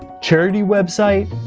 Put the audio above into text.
charity website?